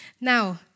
Now